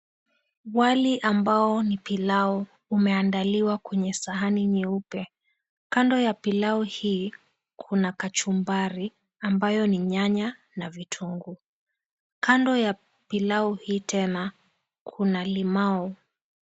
Wali ambao ni pilau umeandaliwa kwenye sahani nyeupe. Kando ya pilau hii kuna kachumbari ambayo ni nyanya na vitunguu. Kando ya pilau hii tena kuna limau.